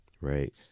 right